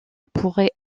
pourrait